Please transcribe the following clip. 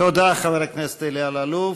תודה, חבר הכנסת אלי אלאלוף.